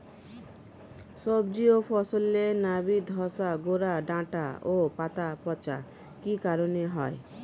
সবজি ও ফসলে নাবি ধসা গোরা ডাঁটা ও পাতা পচা কি কারণে হয়?